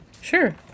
Sure